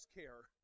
care